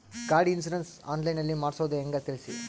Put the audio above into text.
ಗಾಡಿ insurance online ನಲ್ಲಿ ಮಾಡ್ಸೋದು ಹೆಂಗ ತಿಳಿಸಿ?